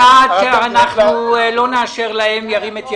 ירים את ידו?